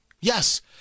Yes